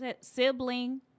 sibling